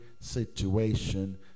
situation